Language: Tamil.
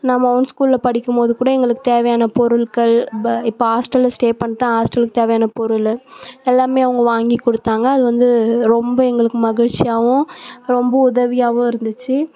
நான் உமன் ஸ்கூலில் படிக்கும்போது கூட எங்களுக்கு தேவையான பொருட்கள் இப்போ இப்போ ஹாஸ்டலில் ஸ்டே பண்ணிட்டு ஹாஸ்டலுக்கு தேவையான பொருள் எல்லாமே அவங்க வாங்கி கொடுத்தாங்க அது வந்து ரொம்ப எங்களுக்கு மகிழ்ச்சியாகவும் ரொம்ப உதவியாவும் இருந்துச்சு